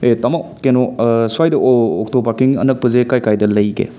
ꯑꯦ ꯇꯥꯃꯣ ꯀꯩꯅꯣ ꯁ꯭ꯋꯥꯏꯗ ꯑꯣꯛꯇꯣ ꯄꯥꯔꯀꯤꯡ ꯑꯅꯛꯄꯁꯦ ꯀꯥꯏ ꯀꯥꯏꯗ ꯂꯩꯒꯦ